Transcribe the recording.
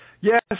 Yes